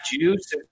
juice